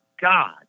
God